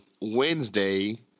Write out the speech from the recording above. Wednesday